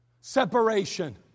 separation